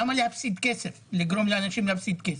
למה לגרום לאנשים להפסיד כסף?